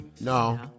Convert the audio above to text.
No